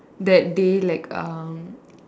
that day like um